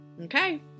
Okay